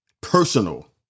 personal